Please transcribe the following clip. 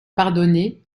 pardonner